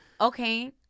okay